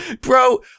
Bro